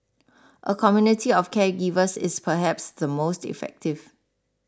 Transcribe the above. a community of caregivers is perhaps the most effective